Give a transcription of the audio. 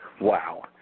wow